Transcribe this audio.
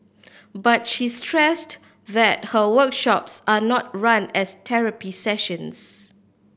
but she stressed that her workshops are not run as therapy sessions